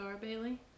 Bailey